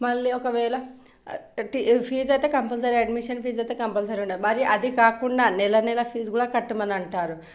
మళ్ళీ ఒకవేళ ఫీజు అయితే కంపల్సరీ అడ్మిషన్ ఫీజు అయితే కంపల్సరీ ఉంటుంది మరి అది కాకుండా నెల నెల ఫీజ్ కూడా కట్టమని అంటారు